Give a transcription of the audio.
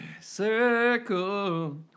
Circle